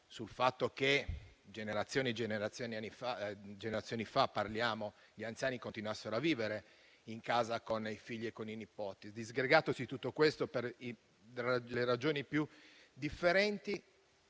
sul fatto che (parliamo di generazioni fa) gli anziani continuassero a vivere in casa con i figli e con i nipoti. Disgregatosi tutto questo, per le ragioni più differenti,